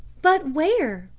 but where?